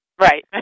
Right